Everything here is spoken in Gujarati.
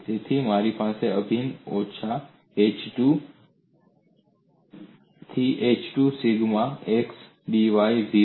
તેથી મારી પાસે અભિન્ન ઓછા h 2 થી h 2 સિગ્મા x dy 0